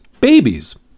babies